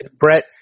Brett